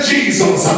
Jesus